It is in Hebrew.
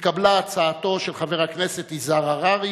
התקבלה הצעתו של חבר הכנסת יזהר הררי,